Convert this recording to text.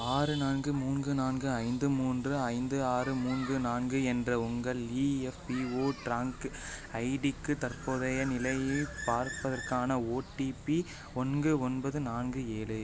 ஆறு நான்கு மூன்று நான்கு ஐந்து மூன்று ஐந்து ஆறு மூன்று நான்கு என்ற உங்கள் இஎஃப்பிஓ ட்ராக்கிங் ஐடிக்கு தற்போதைய நிலையை பார்ப்பதற்கான ஒடிபி ஒன்று ஒன்பது நான்கு ஏழு